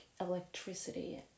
electricity